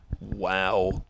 Wow